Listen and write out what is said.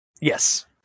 Yes